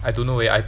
I don't know eh I